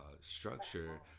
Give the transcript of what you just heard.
structure